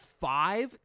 five